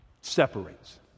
Separates